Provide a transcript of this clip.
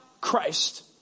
Christ